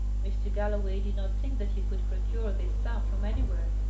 mr. galloway did not think that he could procure this sum from anywhere,